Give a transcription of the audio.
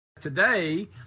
Today